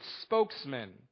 spokesman